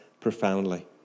profoundly